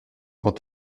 quand